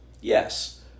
Yes